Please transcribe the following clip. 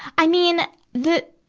i mean, the,